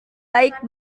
baik